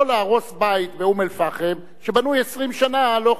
לא להרוס בית באום-אל-פחם שבנוי 20 שנה, לא חוקי?